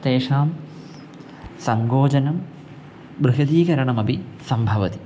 तेषां सङ्कोचनं बृहदीकरणमपि सम्भवति